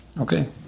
okay